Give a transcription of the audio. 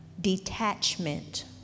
detachment